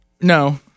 No